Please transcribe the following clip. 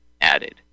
added